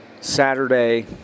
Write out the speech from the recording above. Saturday